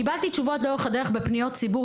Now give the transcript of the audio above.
קיבלתי תשובות לאורך הדרך בפניות ציבור